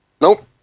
Nope